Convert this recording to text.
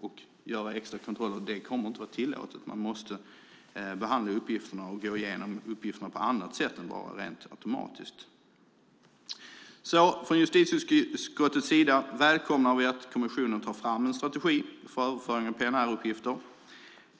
och göra extra kontroller kommer inte att vara tillåtet. Man måste behandla uppgifterna och gå igenom dem på ett annat sätt. Från justitieutskottets sida välkomnar vi att kommissionen tar fram en strategi för överföring av PNR-uppgifter.